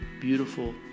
beautiful